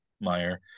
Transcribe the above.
Meyer